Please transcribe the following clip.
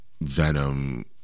Venom